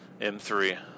M3